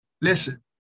Listen